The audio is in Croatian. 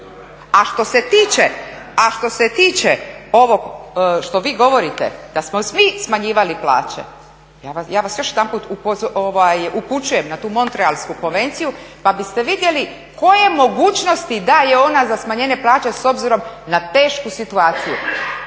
A što se tiče ovog što vi govorite da smo svi smanjivali plaće, ja vas još jedanput upućujem na tu Montrealsku konvenciju pa biste vi vidjeli koje mogućnosti daje ona za smanjenje plaće s obzirom na tešku situaciju.